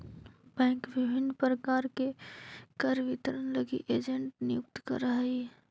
bank विभिन्न प्रकार के कर वितरण लगी एजेंट नियुक्त करऽ हइ